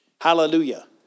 Hallelujah